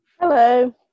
Hello